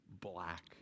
black